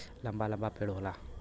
लंबा लंबा पेड़ होला